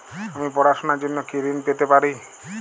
আমি পড়াশুনার জন্য কি ঋন পেতে পারি?